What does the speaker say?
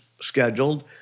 scheduled